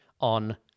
on